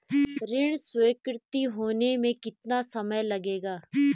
ऋण स्वीकृति होने में कितना समय लगेगा?